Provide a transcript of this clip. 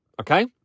okay